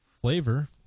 Flavor